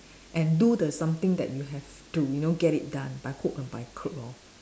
and do the something that you have to you know get it done by hook and by crook lor